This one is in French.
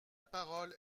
parole